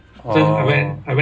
oh